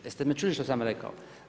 Jeste me čuli što sam rekao?